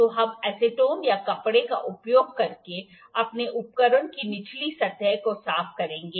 तो हम एसीटोन या कपड़े का उपयोग करके अपने उपकरण की निचली सतह को साफ करेंगे